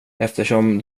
eftersom